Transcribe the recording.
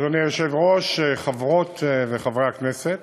אדוני היושב-ראש, חברות וחברי הכנסת,